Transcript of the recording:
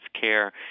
care